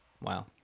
Wow